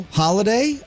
holiday